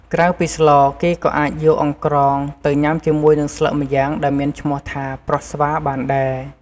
ក្រៅពីស្ល គេក៏អាចយកអង្រ្កងទៅញាំជាមួយនឹងស្លឹកម្យ៉ាងដែលមានឈ្មោះថា ប្រោះស្វារ បានដែរ។